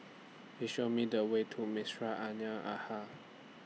Please Show Me The Way to